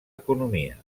economia